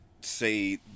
say